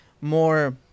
more